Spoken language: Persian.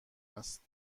است